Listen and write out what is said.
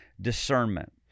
discernment